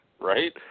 right